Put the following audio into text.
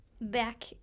back